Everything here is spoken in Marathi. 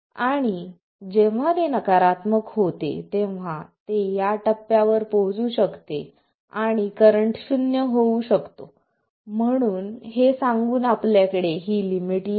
आणि जेव्हा ते नकारात्मक होते तेव्हा ते या टप्प्यावर पोहोचू शकते आणि करंट शून्य होऊ शकतो म्हणून हे सांगून आपल्याकडे ही लिमिट येते